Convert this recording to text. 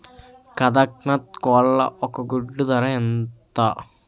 కదక్నత్ కోళ్ల ఒక గుడ్డు ధర ఎంత?